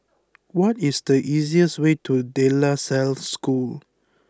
what is the easiest way to De La Salle School